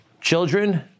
Children